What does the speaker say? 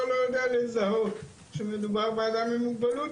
לא יודע לזהות שמדובר באדם עם מוגבלות,